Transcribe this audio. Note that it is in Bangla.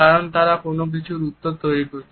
কারণ তারা কোন কিছুর উত্তর তৈরি করছে